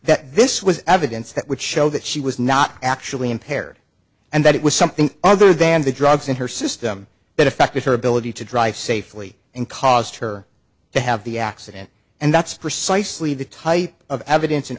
that this was evidence that would show that she was not actually impaired and that it was something other than the drugs in her system that affected her ability to drive safely and caused her to have the accident and that's precisely the type of evidence an